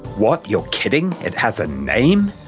what, you're kidding, it has a name?